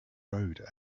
road